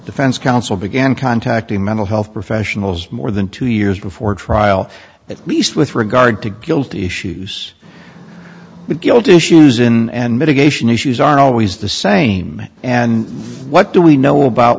defense counsel began contacting mental health professionals more than two years before trial that least with regard to guilty issues the guilt issues in and mitigation issues are always the same and what do we know about